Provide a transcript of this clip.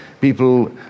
people